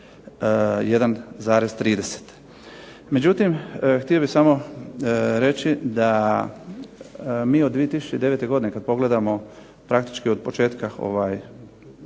1:1,30. Međutim, htio bih samo reći da mi od 2009. godine kad pogledamo praktički od početka